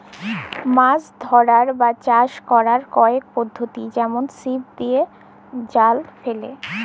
মাছ ধ্যরার বা চাষ ক্যরার কয়েক পদ্ধতি যেমল ছিপ দিঁয়ে, জাল ফ্যাইলে